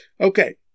okay